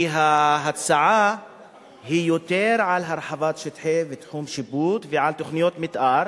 כי ההצעה היא יותר על הרחבת שטחי שיפוט ותחום שיפוט ועל תוכניות מיתאר,